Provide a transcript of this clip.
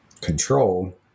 control